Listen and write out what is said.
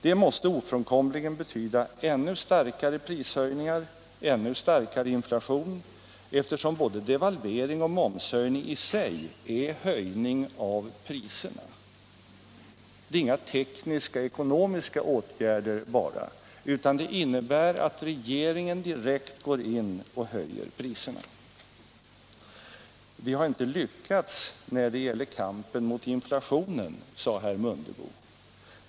Det måste ofrånkomligen betyda ännu starkare prishöjningar, ännu starkare inflation, eftersom både devalvering och momshöjning i sig är höjning av priserna. Det är inga tekniska, ekonomiska åtgärder bara, utan det innebär att regeringen direkt går in och höjer priserna. Vi har inte lyckats när det gäller kampen mot inflationen, sade herr Mundebo.